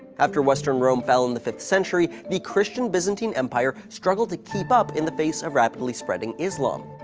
after western rome fell in the fifth century, the christian byzantine empire struggled to keep up in the face of rapidly spreading islam.